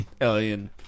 alien